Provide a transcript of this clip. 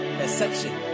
perception